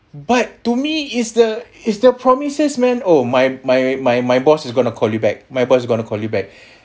but to me it's the it's the promises man oh my my my my boss is going to call you back my boss are going to call you back